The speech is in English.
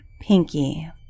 Pinky